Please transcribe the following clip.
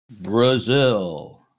Brazil